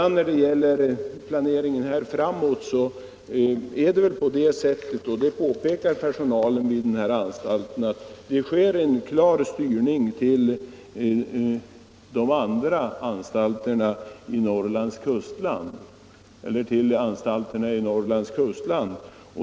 När det gäller planeringen framåt sker det väl — det påpekar också personalen vid anstalten — en klar styrning till anstalterna i Norrlands kustland.